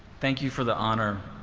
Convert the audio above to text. thank you for the honor.